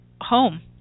home